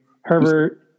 Herbert